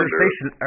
station